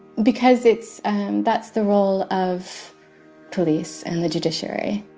because it's that's the role of police and the judiciary.